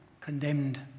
condemned